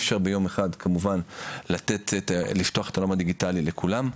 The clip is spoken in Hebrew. אפשר ביום אחד כמובן לפתוח את העולם הדיגיטלי לכולם.